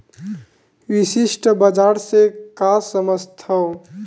विशिष्ट बजार से का समझथव?